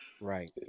Right